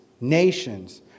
nations